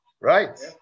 Right